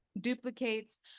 duplicates